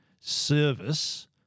Service